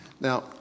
Now